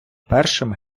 першим